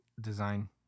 design